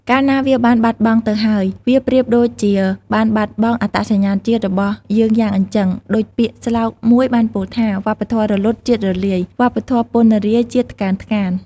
កាលណាវាបានបាត់បង៉ ទៅហើយវាប្រៀបដូចជាបានបាត់បងអត្តសញ្ញាណជាតិរបស់យើងយ៉ាងអញ្ជឹង ដូចពាក្យស្លោកមួយបានពោលថា « វប្បធម៌រលត់ជាតិរលាយ វប្បធម៌ពណ្ណរាយជាតិថ្កើនថ្កាន »។